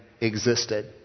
existed